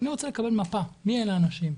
אני רוצה לקבל מפה, מי אלה האנשים.